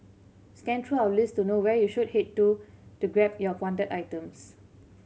scan through our list to know where you should head to to grab your wanted items